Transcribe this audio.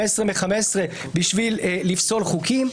15 מתוך 15 בשביל לפסול חוקים.